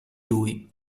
lui